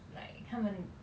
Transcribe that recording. like 他们